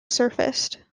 surfaced